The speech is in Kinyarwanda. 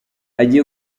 hagiye